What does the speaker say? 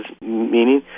meaning